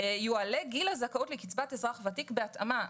"יועלה גיל הזכאות לקצבת אזרח ותיק בהתאמה".